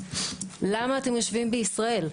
למה אתם יושבים בישראל?